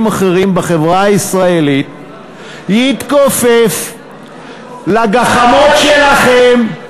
אחרים בחברה הישראלית יתכופף מול הגחמות שלכם,